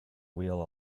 wheel